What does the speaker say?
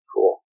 Cool